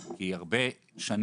כי הרבה שנים